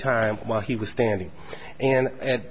time while he was standing and